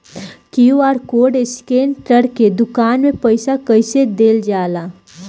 QR code scan करके दुकान में पईसा कइसे देल जाला?